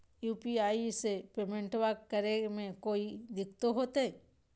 UPI से पेमेंटबा करे मे कोइ दिकतो होते?